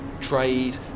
trade